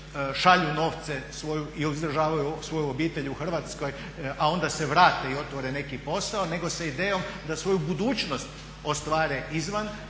šalju novce i uzdržavaju svoju obitelj u Hrvatskoj, a onda se vrate i otvore neki posao nego sa idejom da svoju budućnost ostvare izvan